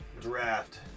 draft